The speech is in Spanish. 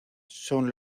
son